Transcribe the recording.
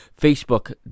Facebook